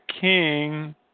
king